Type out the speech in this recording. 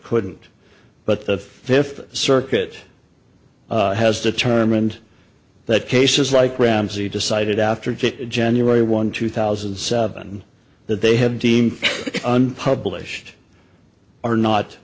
couldn't but the fifth circuit has determined that cases like ramsey decided after to january one two thousand and seven that they have deemed unpublished are not